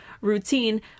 routine